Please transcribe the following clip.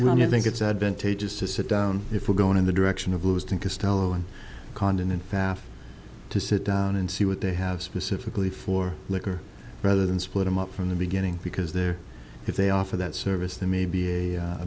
and i think it's advantageous to sit down if we're going in the direction of those think is telling condon in fact to sit down and see what they have specifically for liquor rather than split them up from the beginning because there if they offer that service there may be a